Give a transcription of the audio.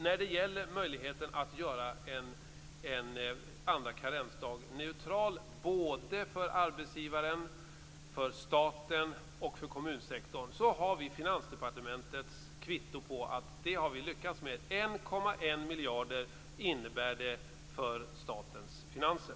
När det gäller möjligheten att göra en andra karensdag neutral både för arbetsgivaren, för staten och för kommunsektorn har vi Finansdepartementets kvitto på att vi har lyckats med det. 1,1 miljarder innebär det för statens finanser.